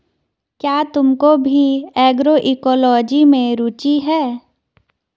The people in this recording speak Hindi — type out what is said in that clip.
क्या तुमको भी एग्रोइकोलॉजी में रुचि है?